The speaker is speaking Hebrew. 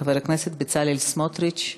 חבר הכנסת בצלאל סמוטריץ.